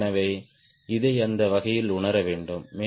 எனவே இதை அந்த வகையில் உணர வேண்டும்